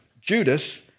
Judas